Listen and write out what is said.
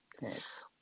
Thanks